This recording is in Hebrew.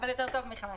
אבל יותר טוב מ-500.